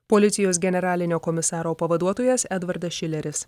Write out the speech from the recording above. policijos generalinio komisaro pavaduotojas edvardas šileris